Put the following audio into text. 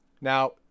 Now